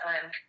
time